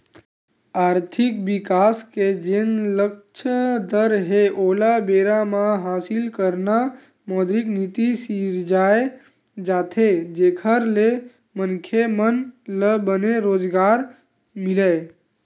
आरथिक बिकास के जेन लक्छ दर हे ओला बेरा म हासिल करना मौद्रिक नीति सिरजाये जाथे जेखर ले मनखे मन ल बने रोजगार मिलय